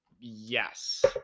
Yes